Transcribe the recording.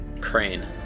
Crane